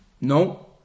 no